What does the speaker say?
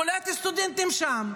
קולט סטודנטים שם.